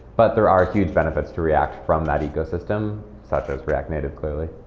but there are huge benefits to react from that ecosystem, such as react native clearly